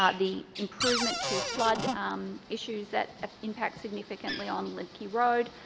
um the improvement to flood issues that impact significantly on lemke road,